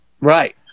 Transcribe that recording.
Right